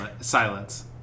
silence